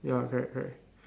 ya correct correct